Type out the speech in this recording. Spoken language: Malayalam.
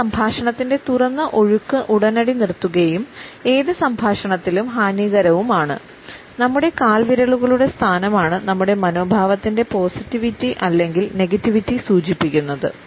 ഇത് സംഭാഷണത്തിന്റെ തുറന്ന ഒഴുക്ക് ഉടനടി നിർത്തുകയും ഏത് സംഭാഷണത്തിലും ഹാനികരവുമാണ് നമ്മുടെ കാൽവിരലുകളുടെ സ്ഥാനമാണ് നമ്മുടെ മനോഭാവത്തിന്റെ പോസിറ്റീവിറ്റി അല്ലെങ്കിൽ നെഗറ്റീവിറ്റി സൂചിപ്പിക്കുന്നത്